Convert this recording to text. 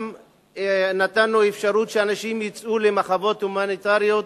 גם נתנו אפשרות שאנשים יצאו כמחוות הומניטריות,